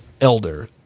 Elder